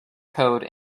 code